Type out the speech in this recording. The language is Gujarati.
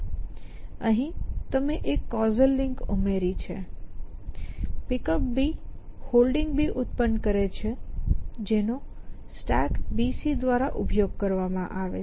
અહીં તમે એક કૉઝલ લિંક ઉમેરી છે Pickup Holding ઉત્પન્ન કરે છે જેનો StackBC દ્વારા ઉપયોગ કરવામાં આવે છે